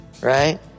right